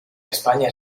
españa